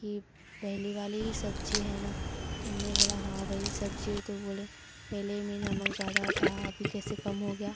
की पहली वाली ही सब्जी है न तो हमने बोला हाँ वही सब्जी है तो बोले पहले में नमक ज़्यादा था अभी कैसे कम हो गया